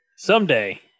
Someday